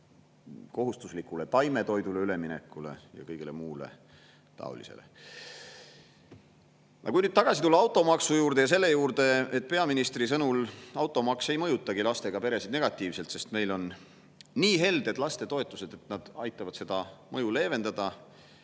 kohustuslikule taimetoidule üleminekule ja kõigele muule taolisele. Kui nüüd tagasi tulla automaksu juurde ja selle juurde, et peaministri sõnul automaks ei mõjuta lastega peresid negatiivselt, sest meil on nii helded lapsetoetused, need aitavad seda mõju leevendada,